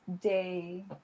day